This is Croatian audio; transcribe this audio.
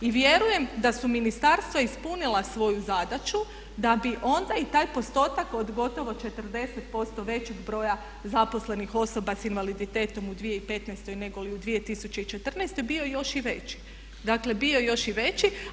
I vjerujem da su ministarstva ispunila svoju zadaću da bi onda i taj postotak od gotovo 40% većeg broja zaposlenih osoba s invaliditetom u 2015. nego li u 2014. bio još i veći, dakle, bio još i veći.